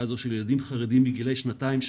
הזאת של ילדים חרדים בגילי שנתיים,